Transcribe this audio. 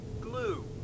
Glue